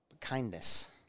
kindness